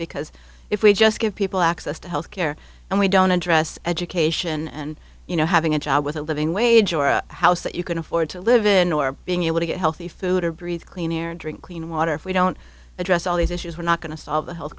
because if we just give people access to health care and we don't address education and you know having a job with a living wage or a house that you can afford to live in or being able to get healthy food or breathe clean air and drink clean water if we don't address all these issues we're not going to solve the health